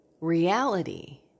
reality